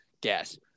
gas